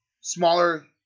smaller